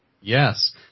yes